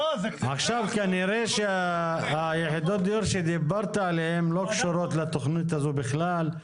--- כנראה שיחידות הדיור שדיברת עליהן לא קשורות לתכנית הזאת בכלל.